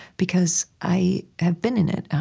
because i have been in it.